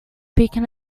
beacon